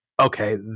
okay